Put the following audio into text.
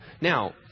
now